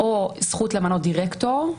או זכות למנות דירקטור,